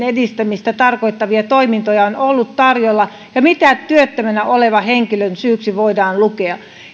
edistämistä tarkoittavia toimintoja on ollut tarjolla ja mitä työttömänä olevan henkilön syyksi voidaan lukea